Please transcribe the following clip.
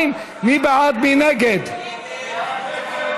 2, של חברי הכנסת יאיר לפיד, יעל גרמן,